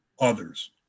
others